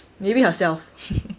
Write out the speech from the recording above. maybe herself